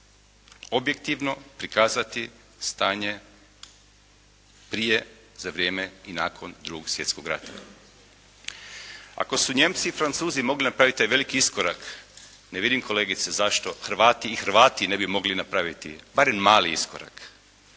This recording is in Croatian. Objektivno prikazati stanje prije, za vrijeme i nakon Drugog svjetskog rata. Ako su Nijemci i Francuzi mogli napraviti taj veliki iskorak, ne vidim kolegice zašto Hrvati i Hrvati ne bi mogli napraviti barem mali iskorak